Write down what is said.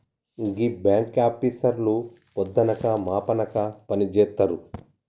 గీ బాంకాపీసర్లు పొద్దనక మాపనక పనిజేత్తరు